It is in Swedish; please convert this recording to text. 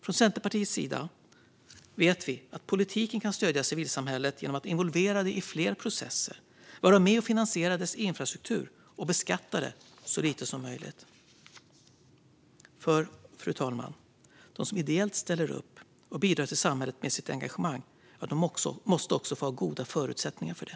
Vi i Centerpartiet vet att politiken kan stödja civilsamhället genom att involvera det i fler processer, vara med och finansiera dess infrastruktur och beskatta det så lite som möjligt. För, fru talman, de som ideellt ställer upp och bidrar till samhället med sitt engagemang måste också ha goda förutsättningar för det.